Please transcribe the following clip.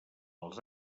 els